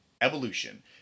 Evolution